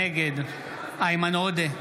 נגד איימן עודה,